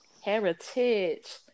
heritage